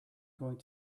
going